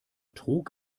trug